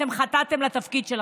אתם חטאתם לתפקיד שלכם.